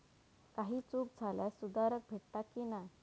काही चूक झाल्यास सुधारक भेटता की नाय?